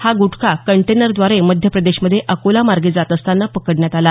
हा गुटखा कंटेनरद्वारे मध्यप्रदेशमध्ये अकोला मार्गे जात असतांना पकडण्यात आला